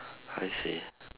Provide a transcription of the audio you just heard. I see